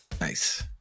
Nice